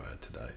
today